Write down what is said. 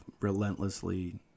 relentlessly